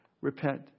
Repent